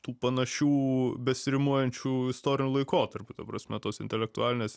tų panašių besirimuojančių istorinių laikotarpių ta prasme tos intelektualinės